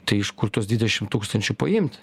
tai iš kur tuos dvidešimt tūkstančių paimt